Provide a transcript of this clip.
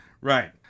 Right